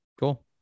Cool